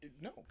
No